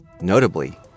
Notably